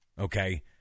Okay